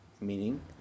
meaning